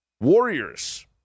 Warriors